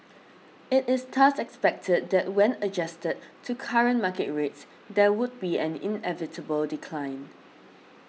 it is thus expected that when adjusted to current market rates there would be an inevitable decline